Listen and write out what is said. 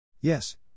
Yes